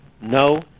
no